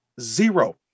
zero